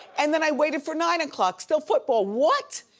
and then i waited for nine o'clock, still football, what?